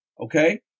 okay